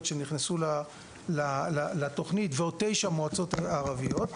שנכנסו לתוכנית ועוד תשע מועצות ערביות,